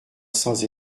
sans